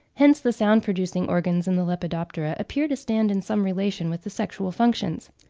hence the sound-producing organs in the lepidoptera appear to stand in some relation with the sexual functions.